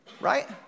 Right